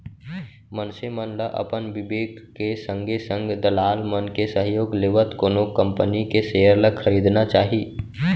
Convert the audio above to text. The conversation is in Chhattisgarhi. मनसे मन ल अपन बिबेक के संगे संग दलाल मन के सहयोग लेवत कोनो कंपनी के सेयर ल खरीदना चाही